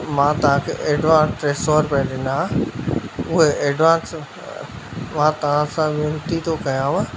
मां तव्हांखे एडवांस टे सौ रुपया ॾिना उहे एडवांस मां तव्हां सां वेनिती तो कयांव